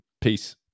peace